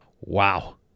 wow